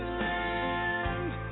land